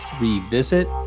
Revisit